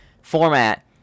format